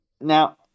Now